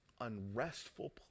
unrestful